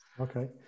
Okay